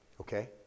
Okay